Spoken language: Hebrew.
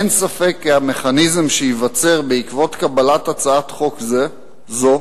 אין ספק שהמכניזם שייווצר בעקבות קבלת הצעת חוק זו